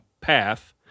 path